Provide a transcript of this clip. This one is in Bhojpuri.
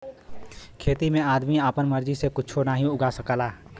खेती में आदमी आपन मर्जी से कुच्छो नाहीं उगा सकला